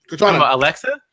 Alexa